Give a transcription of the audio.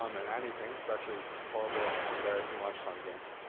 um in anything, especially horrible embarrassing lunch time games,